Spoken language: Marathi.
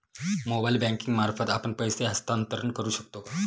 मोबाइल बँकिंग मार्फत आपण पैसे हस्तांतरण करू शकतो का?